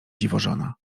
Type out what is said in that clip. dziwożona